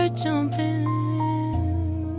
jumping